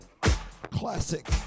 classic